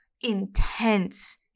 intense